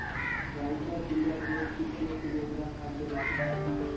गाईच्या पिल्लाक रोज कितके किलोग्रॅम खाद्य लागता?